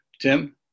Tim